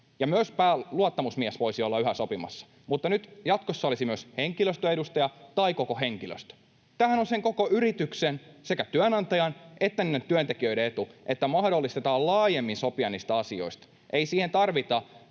Myös luottamusmies voisi olla yhä sopimassa, mutta jatkossa olisi myös henkilöstön edustaja tai koko henkilöstö. Tämähän on sen koko yrityksen, sekä työnantajan että työntekijöiden, etu, että mahdollistetaan laajemmin sopiminen niistä asioista. Ei siihen tarvita